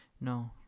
No